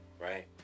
right